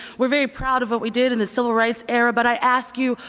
we're very proud of what we did in the civil rights era. but i ask you,